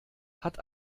hat